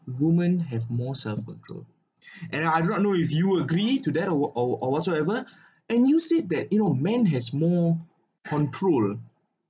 women have more self control and I do not know if you agree to that or or or whatsoever and you said that you know men has more control